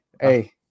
Hey